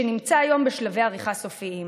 שנמצא היום בשלבי עריכה סופיים.